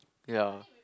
ya